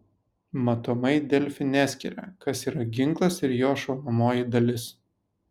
matomai delfi neskiria kas yra ginklas ir jo šaunamoji dalis